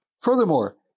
Furthermore